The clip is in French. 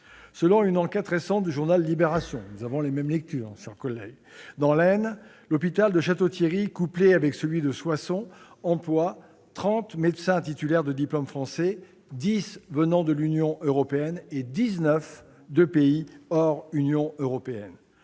Selon une enquête récente du journal - nous avons les mêmes lectures, ma chère collègue ! -dans l'Aisne, l'hôpital de Château-Thierry, couplé avec celui de Soissons, emploie 30 médecins titulaires du diplôme français, 10 venant de l'Union européenne et 19 de pays situés hors de l'Union européenne.